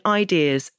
ideas